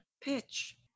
Pitch